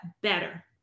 better